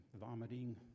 vomiting